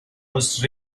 was